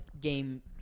game